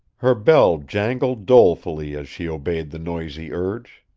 her bell jangled dolefully as she obeyed the noisy urge.